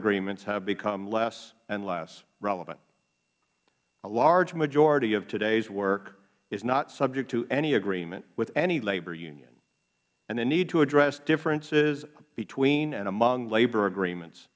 agreements have become less and less relevant a large majority of today's work is not subject to any agreement with any labor union and the need to address differences between and among labor agreements